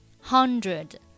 hundred